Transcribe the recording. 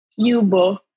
Yubo